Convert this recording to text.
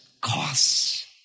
costs